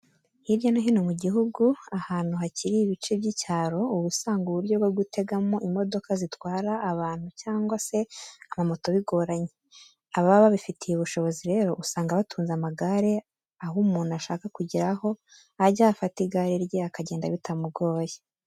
Hirya no hino mu gihugu ahantu hakiri ibice by'icyaro uba usanga uburyo bwo gutegamo imodoka zitwara abantu cyangwa se amamoto bigoranye, ababa babifitiye ubushobozi rero usanga batunze amagare aho umuntu ashaka kugira aho ajya afata igare rye akagenda bitamugoye.